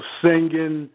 singing